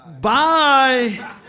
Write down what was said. bye